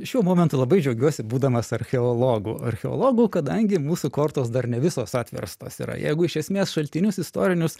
šiuo momentu labai džiaugiuosi būdamas archeologu archeologu kadangi mūsų kortos dar ne visos atverstos yra jeigu iš esmės šaltinius istorinius